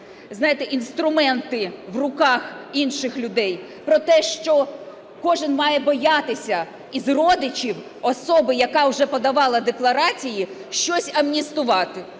знаєте, інструменти в руках інших людей, про те, що кожен має боятися із родичів особи, яка вже подавала декларації, щось амністувати.